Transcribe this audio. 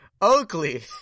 Oakley